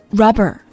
rubber，